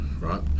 right